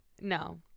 No